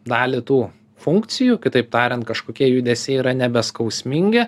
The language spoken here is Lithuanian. dalį tų funkcijų kitaip tariant kažkokie judesiai yra nebeskausmingi